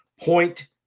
Point